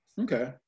Okay